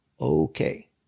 Okay